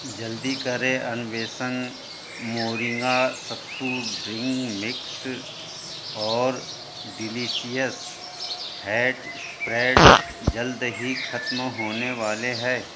जल्दी करें अन्वेषण मोरिंगा सत्तू ड्रिंक मिक्ष और डिलीसियस फैट इस्प्रेड जल्द ही ख़त्म होने वाले हैं